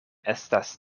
estas